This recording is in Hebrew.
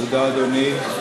תודה, אדוני.